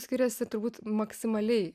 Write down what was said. skiriasi turbūt maksimaliai